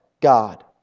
God